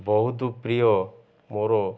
ବହୁତ ପ୍ରିୟ ମୋର